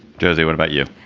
josie, what about you?